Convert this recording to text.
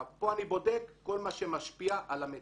כאן אני בודק כל מה שמשפיע על המטילה.